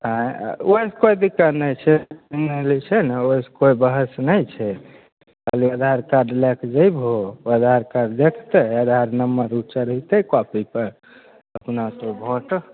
ऑंय ओहिसे कोइ दिक्कत नहि छै नहि लै छै ने ओहिसे कोइ बहस नहि छै खाली आधारकार्ड लै के जैबहु ओ आधारकार्ड देखतै आधार नम्बर ओ चढ़ैतै कॉपी पर अपना तु भोट